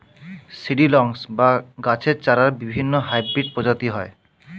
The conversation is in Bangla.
সিড্লিংস বা গাছের চারার বিভিন্ন হাইব্রিড প্রজাতি হয়